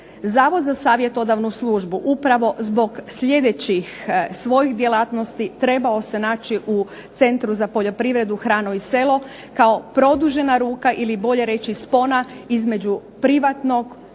Zavod za savjetodavnu službu upravo zbog sljedećih svojih djelatnosti trebao se naći u Centru za poljoprivredu, hranu i selo kao produžena ruka ili bolje reći spona između privatnog